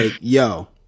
yo